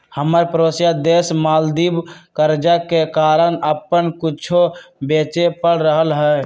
हमर परोसिया देश मालदीव कर्जा के कारण अप्पन कुछो बेचे पड़ रहल हइ